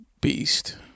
beast